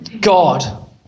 God